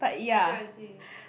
I see I see